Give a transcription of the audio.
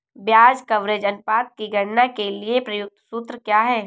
ब्याज कवरेज अनुपात की गणना के लिए प्रयुक्त सूत्र क्या है?